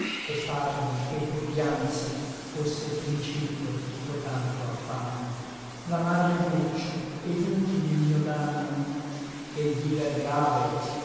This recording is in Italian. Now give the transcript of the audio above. et parmi che pur dianzi fosse l principio di cotanto affanno l'amar m'è dolce et util il mio danno e l viver grave